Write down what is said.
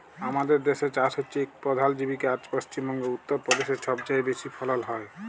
আমাদের দ্যাসে চাষ হছে ইক পধাল জীবিকা আর পশ্চিম বঙ্গে, উত্তর পদেশে ছবচাঁয়ে বেশি ফলল হ্যয়